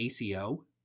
ACO